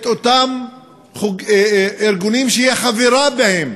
באותם ארגונים שהיא חברה בהם.